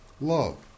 love